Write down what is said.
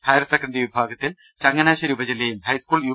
higher secondary വിഭാഗത്തിൽ ചങ്ങ നാശേരി ഉപജില്ലയും ഹൈസ്കൂൾ യു